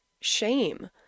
shame